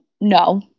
No